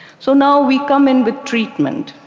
so now we come in with treatment,